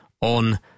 on